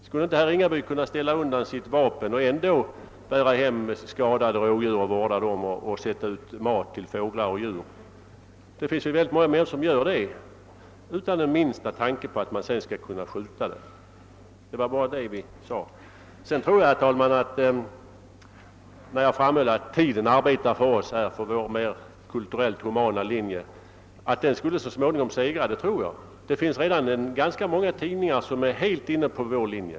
Skulle inte herr Ringaby kunna ställa undan sitt vapen och ändå bära hem skadade rådjur och vårda dem och sätta ut mat till fåglar och andra djur? Många människor gör det utan tanke på att man sedan skall kunna skjuta djuren. Det var bara det vi sade. Jag tror, herr talman, att tiden arbetar för oss och vår mera kulturellt humana linje. Jag tror att den så småningom skall segra. Många tidningar är redan helt inne på vår linje.